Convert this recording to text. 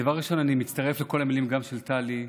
דבר ראשון, אני מצטרף לכל המילים, גם של טלי,